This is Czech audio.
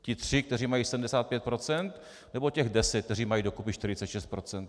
Ti tři, kteří mají 75 procent, nebo těch 10, kteří mají do kupy 46 procent?